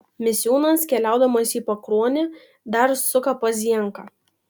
misiūnas keliaudamas į pakuonį dar suka pas zienką